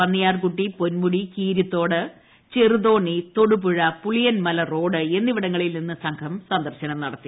പന്നിയാർകുട്ടി പൊൻമുടി കീരിത്തോട് ചെറുതോണ്ടി ശ്രാടുപുഴപുളിയൻമല റോഡ് എന്നിവിടങ്ങളിൽ ഇന്ന് സംഘം സ്ന്ദർശനം നടത്തി